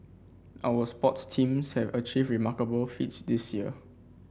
our sports teams have achieved remarkable feats this year